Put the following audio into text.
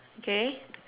okay